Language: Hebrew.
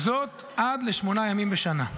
וזאת עד לשמונה ימים בשנה.